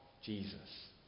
Jesus